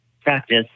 practice